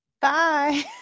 Bye